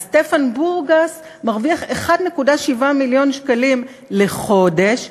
אז סטפן בורגס מרוויח 1.7 מיליון שקלים לחודש,